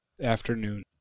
afternoon